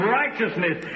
righteousness